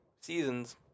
seasons